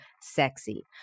sexy